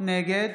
נגד